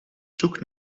zoek